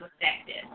effective